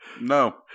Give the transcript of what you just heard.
No